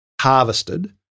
harvested